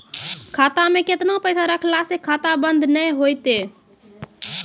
खाता मे केतना पैसा रखला से खाता बंद नैय होय तै?